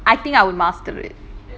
I think I would master it